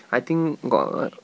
I think got